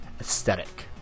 aesthetic